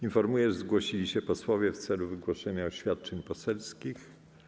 Informuję, iż zgłosili się posłowie w celu wygłoszenia oświadczeń poselskich.